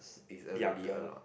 is already a lot